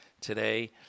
today